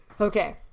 Okay